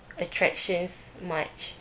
attractions much